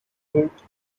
court